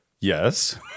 Yes